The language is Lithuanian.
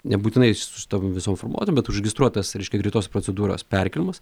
nebūtinai su tom visom formuluotėm bet užregistruotas reiškia greitos procedūros perkėlimas